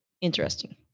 Interesting